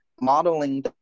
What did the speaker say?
modeling